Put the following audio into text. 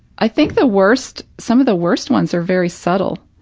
i think the worst some of the worst ones are very subtle,